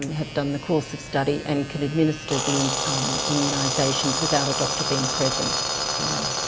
have done the course of study and can administer the immunisations without a doctor being present so.